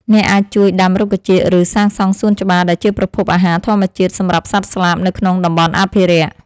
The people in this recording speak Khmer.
អ្នកអាចជួយដាំរុក្ខជាតិ ឬសាងសង់សួនច្បារដែលជាប្រភពអាហារធម្មជាតិសម្រាប់សត្វស្លាបនៅក្នុងតំបន់អភិរក្ស។